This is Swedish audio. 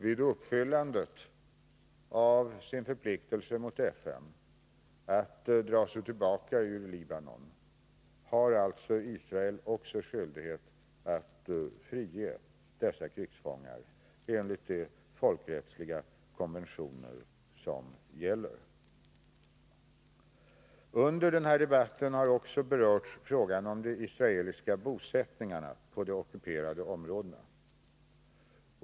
Vid uppfyllandet av sin förpliktelse mot FN att dra sig tillbaka ur Libanon har Israel också skyldighet att enligt de folkrättsliga konventioner som gäller frige dessa krigsfångar. Under den här debatten har också frågan om de israeliska bosättningarna på de ockuperade områdena berörts.